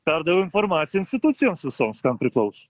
perdaviau informaciją institucijoms visoms kam priklauso